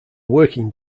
working